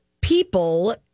people